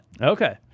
Okay